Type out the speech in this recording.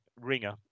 Ringer